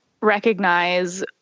recognize